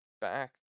Back